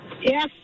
Yes